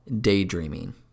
daydreaming